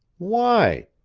why?